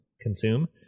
consume